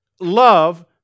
love